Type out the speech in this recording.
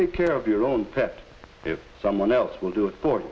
take care of your own pet if someone else will do it